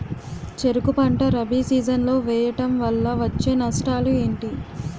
చెరుకు పంట రబీ సీజన్ లో వేయటం వల్ల వచ్చే నష్టాలు ఏంటి?